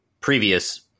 previous